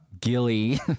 Gilly